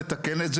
להיפך.